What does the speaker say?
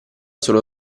solo